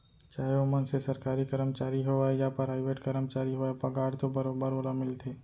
चाहे ओ मनसे सरकारी कमरचारी होवय या पराइवेट करमचारी होवय पगार तो बरोबर ओला मिलथे